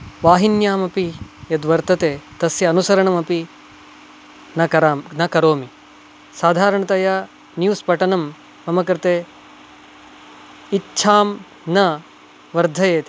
वाहिन्यामपि यद्वर्तते तस्य अनुसरणमपि न करोमि न करोमि साधारणतया न्यूस् पठनं मम कृते इच्छामं न वर्धयति